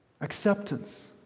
acceptance